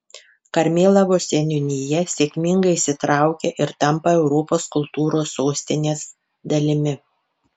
karmėlavos seniūnija sėkmingai įsitraukia ir tampa europos kultūros sostinės dalimi